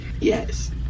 Yes